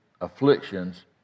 afflictions